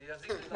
זה יזיק לי.